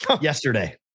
yesterday